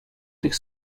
tych